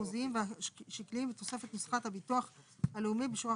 שמועסק 5 ימים בשבוע (באחוזים/שקלים חדשים) ערך שעה